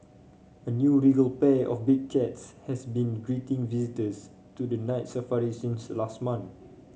a new regal pair of big cats has been greeting visitors to the Night Safari since last month